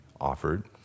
offered